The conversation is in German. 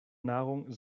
nahrung